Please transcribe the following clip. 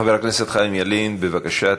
חבר הכנסת חיים ילין, בבקשה.